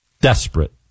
Desperate